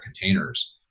containers